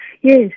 Yes